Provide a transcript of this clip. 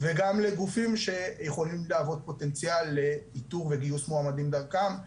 וגם לגופים שיכולים להוות פוטנציאל לאיתור וגיוס מועמדים דרכם.